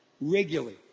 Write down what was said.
regularly